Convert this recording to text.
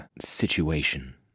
situation